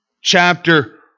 chapter